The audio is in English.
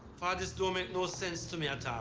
this don't make no sense to me at all.